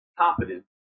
confident